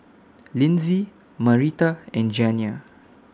Linzy Marita and Janiah